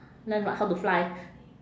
learn what how to fly